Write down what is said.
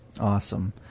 Awesome